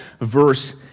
verse